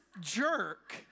jerk